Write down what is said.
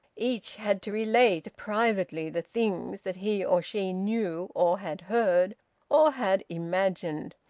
each had to relate privately the things that he or she knew or had heard or had imagined.